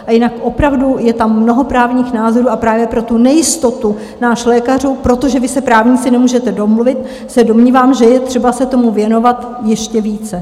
A jinak opravdu, je tam mnoho právních názorů, a právě pro tu nejistotu nás lékařů, protože vy právníci se nemůžete domluvit, se domnívám, že je třeba se tomu věnovat ještě více.